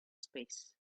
space